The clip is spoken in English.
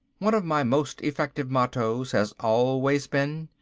one of my most effective mottoes has always been,